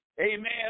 amen